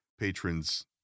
patrons